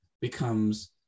becomes